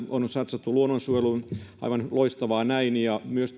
on satsattu luonnonsuojeluun aivan loistavaa näin ja myös